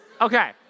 okay